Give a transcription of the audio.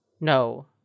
No